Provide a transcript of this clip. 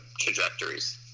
trajectories